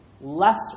less